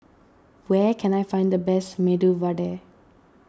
where can I find the best Medu Vada